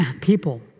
people